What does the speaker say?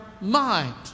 mind